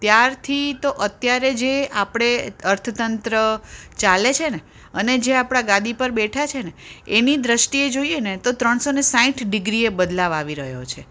ત્યારથી તો અત્યારે જે આપણે અર્થતંત્ર ચાલે છે ને અને જે આપણાં ગાદી પર બેઠા છે ને એની દૃષ્ટિએ જોઈએ ને તો ત્રણસો ને સાઠ ડિગ્રીએ બદલાવ આવી રહ્યો છે